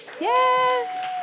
Yes